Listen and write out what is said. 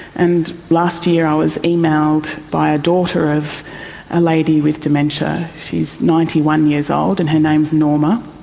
and last year i was emailed by a daughter of a lady with dementia. she is ninety one years old and her name is norma.